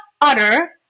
utter